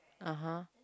(uh huh)